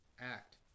Act